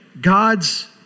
God's